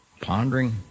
pondering